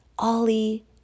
Ollie